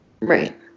Right